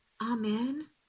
Amen